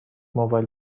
موبایل